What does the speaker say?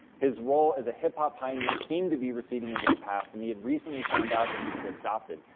his role as a hip hop pioneer seemed to be receding into the past, and he had recently found out that he was adopted.